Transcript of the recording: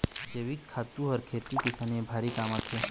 जइविक खातू ह खेती किसानी म भारी काम आथे